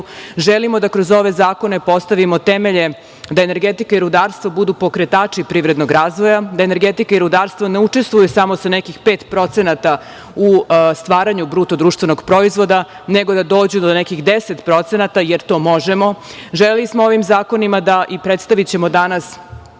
želimo da kroz ove zakone postavimo temelje da energetika i rudarstvo budu pokretači privrednog razvoja, da energetika i rudarstvo ne učestvuju samo sa neki 5% u stvaranju BDP, nego da dođu do nekih 10% jer to možemo. Želeli smo ovim zakonima da, i predstavićemo danas